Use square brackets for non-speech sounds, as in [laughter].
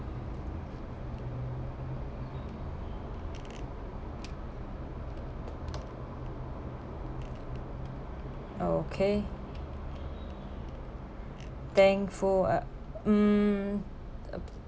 oh okay thankful [noise] um